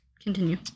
continue